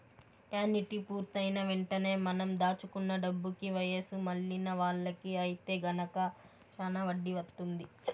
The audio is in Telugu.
యాన్యుటీ పూర్తయిన వెంటనే మనం దాచుకున్న డబ్బుకి వయసు మళ్ళిన వాళ్ళకి ఐతే గనక శానా వడ్డీ వత్తుంది